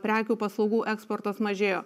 prekių paslaugų eksportas mažėjo